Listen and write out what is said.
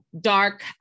dark